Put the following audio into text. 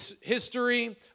history